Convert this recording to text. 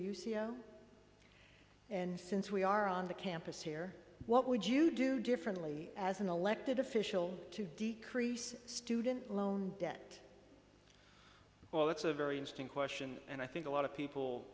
hughes and since we are on the campus here what would you do differently as an elected official to decrease student loan debt well that's a very interesting question and i think a lot of people